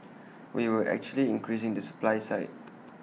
we were actually increasing the supply side